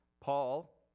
Paul